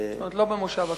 זאת אומרת לא בכנס הקיץ.